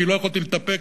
כי לא יכולתי להתאפק,